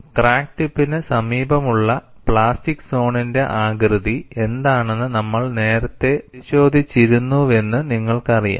crack ടിപ്പിന് സമീപമുള്ള plastic സോണിന്റെ ആകൃതി എന്താണെന്ന് നമ്മൾ നേരത്തെ പരിശോധിച്ചിരുന്നുവെന്ന് നിങ്ങൾക്കറിയാം